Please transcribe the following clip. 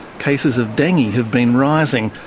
cases of dengue have been rising,